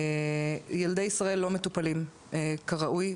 ילדי ישראל לא מטופלים כראוי,